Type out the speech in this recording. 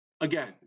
again